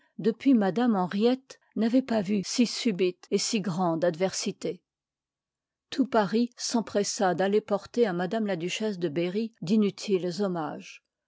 depuis m hemiette n'avoit pas vu si subite et si grande adversité tout paris s'empressa d'aller porter à m la duchesse de berry d'inutiles honunages